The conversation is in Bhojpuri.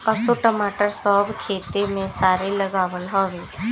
असो टमाटर सब खेते में सरे लागल हवे